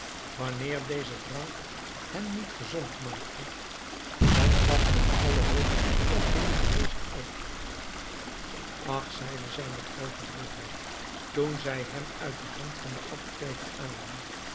wanneer deze drank hen niet gezond maakte dan gaf men alle hoop op hun genezing op ach zeide zij met groote droefheid toen zij hem uit de hand van den apotheker aannam